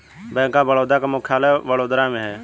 bank of Baroda का मुख्यालय वडोदरा में है